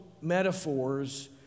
metaphors